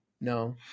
no